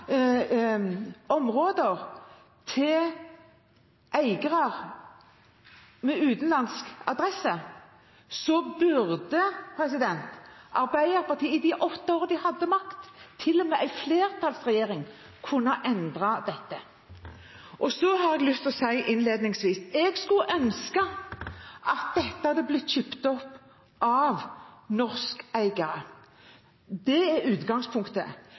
områder til eiere med utenlandsk adresse, burde Arbeiderpartiet i de åtte årene de hadde makt, og til og med en flertallsregjering, kunnet endre dette. Så har jeg lyst til å si innledningsvis: Jeg skulle ønske at dette hadde blitt kjøpt opp av norske eiere. Det er utgangspunktet.